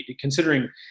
considering